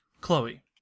Chloe